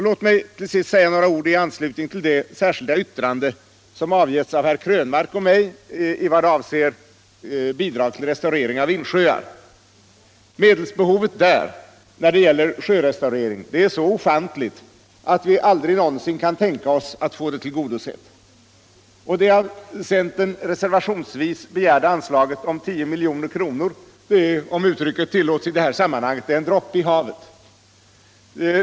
Låt mig till sist säga några ord om det särskilda yttrande som avgivits av herr Krönmark och mig i vad avser bidrag till restaurering av insjöar. Medelsbehovet där är så ofantligt att vi aldrig någonsin kan tänka oss att få det tillgodosett. Det av centern reservationsvis begärda anslaget om 10 milj.kr. är, om uttrycket tillåts i det här sammanhanget, bara en droppe i havet.